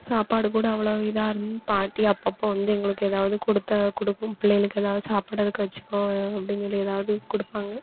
சாப்பாடு கூட அவ்வளோ இதாக இருந் பாட்டி அப்போப்ப வந்து எங்களுக்கு எதாவது கொடுத்தா கொடுக்கும் பிள்ளைகளுக்கு எதாவது சாப்புடுறதுக்கு வச்சிக்கோ அப்படின்னு சொல்லி எதாவது கொடுப்பாங்க